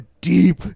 deep